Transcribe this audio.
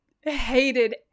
hated